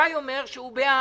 גיא אומר שהוא בעד,